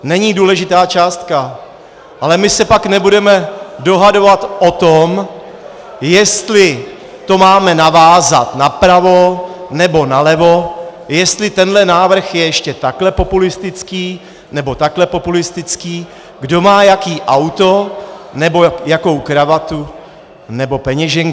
Není důležitá částka, ale my se pak nebudeme dohadovat o tom, jestli to máme navázat napravo, nebo nalevo, jestli tenhle návrh je ještě takhle populistický, nebo takhle populistický, kdo má jaký auto nebo jakou kravatu nebo peněženku.